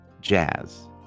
Jazz